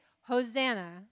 Hosanna